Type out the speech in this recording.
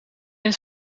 het